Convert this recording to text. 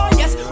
yes